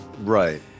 right